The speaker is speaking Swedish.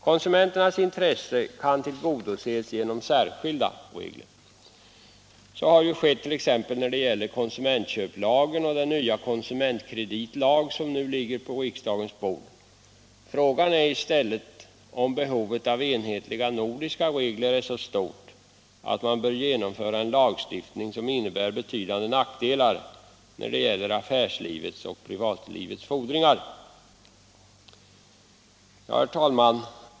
Konsumenternas intressen kan tillgodoses genom särskilda regler. Så har t.ex. skett när det gäller konsumentköplagen och den nya konsumentkreditlag som nu ligger på riksdagens bord. Frågan är i stället om behovet av enhetliga nordiska regler är så stort att man bör införa en lag som innebär betydande nackdelar när det gäller affärslivets och privatlivets fordringar. Herr talman!